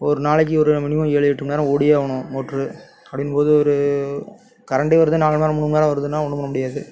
ஒருநாளைக்கு ஒரு மினிமம் ஏழு எட்டுமணி நேரம் ஓடியே ஆகணும் மோட்ரு அப்படிங்கும்போது ஒரு கரண்ட்டே வருது நாலு மணி நேரம் மூணு மணி நேரம் வருதுனா ஒன்றும் பண்ணமுடியாது